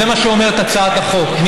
וזה מה שאומרת הצעת החוק,